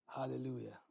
hallelujah